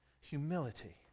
Humility